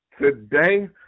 today